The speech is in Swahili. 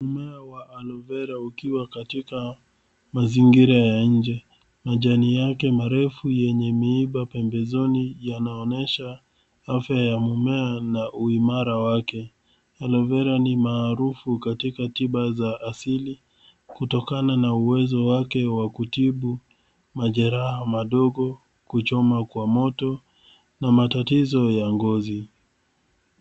Mmea wa aloe vera ukiwa katika mazingira ya nje. Majani yake marefu yenye miiba pembezoni yanaonyesha afya ya mmea na uimara wake. Aloe vera ni maarufu katika tiba za asili kutokana na uwezo wake wa kutibu majeraha madogo, kuchomwa kwa moto na matatizo ya ngozi.